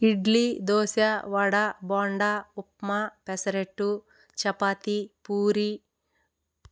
idli dosa vada bonda upma pesarattu chapati puri